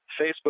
Facebook